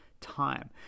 time